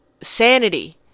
sanity